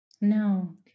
No